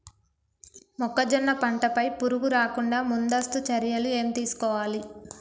మొక్కజొన్న పంట పై పురుగు రాకుండా ముందస్తు చర్యలు ఏం తీసుకోవాలి?